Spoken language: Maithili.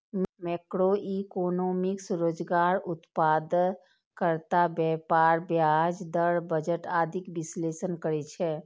मैक्रोइकोनोमिक्स रोजगार, उत्पादकता, व्यापार, ब्याज दर, बजट आदिक विश्लेषण करै छै